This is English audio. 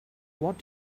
what